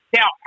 Now